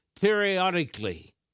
periodically